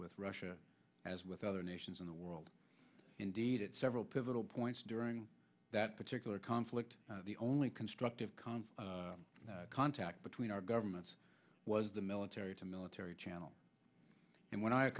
with russia as with other nations in the world indeed at several pivotal points during that particular conflict the only constructive khan's contact between our governments was the military to military channel and when i